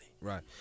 Right